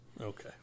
Okay